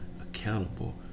accountable